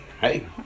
hey